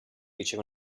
riceve